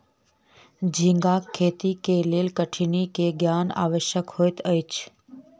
झींगाक खेती के लेल कठिनी के ज्ञान आवश्यक होइत अछि